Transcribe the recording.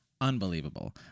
Unbelievable